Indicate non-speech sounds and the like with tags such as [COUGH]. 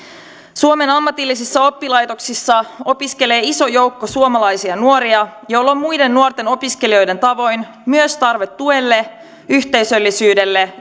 suomen ammatillisissa oppilaitoksissa opiskelee iso joukko suomalaisia nuoria joilla on muiden nuorten opiskelijoiden tavoin myös tarve tuelle yhteisöllisyydelle [UNINTELLIGIBLE]